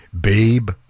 babe